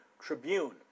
Tribune